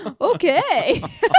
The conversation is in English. Okay